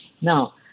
Now